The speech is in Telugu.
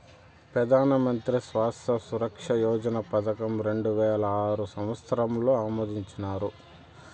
పెదానమంత్రి స్వాస్త్య సురక్ష యోజన పదకం రెండువేల ఆరు సంవత్సరంల ఆమోదించినారు